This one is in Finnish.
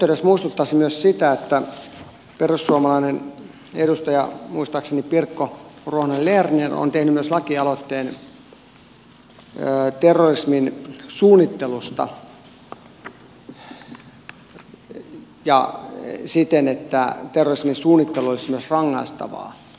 tässä yhteydessä muistuttaisin myös siitä että perussuomalainen edustaja muistaakseni pirkko ruohonen lerner on tehnyt myös lakialoitteen siitä että terrorismin suunnittelu olisi myös rangaistavaa